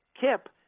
Kip